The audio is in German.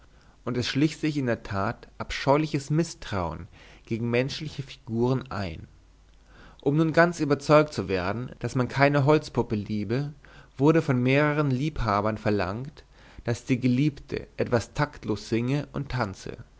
und es schlich sich in der tat abscheuliches mißtrauen gegen menschliche figuren ein um nun ganz überzeugt zu werden daß man keine holzpuppe liebe wurde von mehrern liebhabern verlangt daß die geliebte etwas taktlos singe und tanze